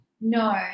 No